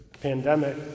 pandemic